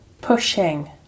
pushing